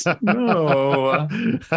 no